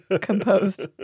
composed